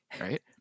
right